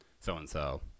so-and-so